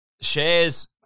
shares